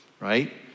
right